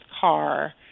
car